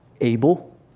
able